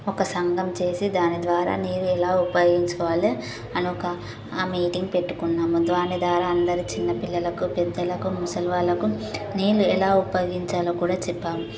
ఒక సంగం చేసి దాని ద్వారా నీరెలా ఉపయోగించుకోవాలో అని ఒక మీటింగ్ పెట్టుకున్నాము దాని ద్వారా అందరి చిన్న పిల్లలకు పెద్దలకు ముసలివాళ్ళకు నీళ్ళు ఎలా ఉపయోగించాలో కూడా చెప్పాము